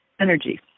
energy